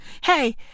hey